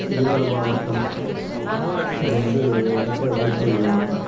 ஈரோடு மாவட்டம் இப்போ வந்து எனக்கே வயசு